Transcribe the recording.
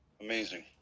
Amazing